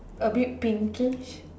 a bit pinkish